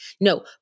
No